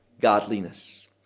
godliness